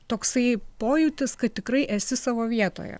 toksai pojūtis kad tikrai esi savo vietoje